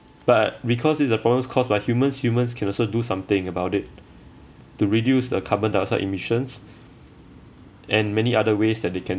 but because it's a problems caused by humans humans can also do something about it to reduce the carbon dioxide emissions and many other ways that they can